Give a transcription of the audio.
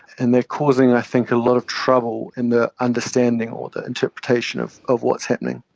and they are causing i think a lot of trouble in the understanding or the interpretation of of what's happening.